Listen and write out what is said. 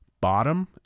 bottom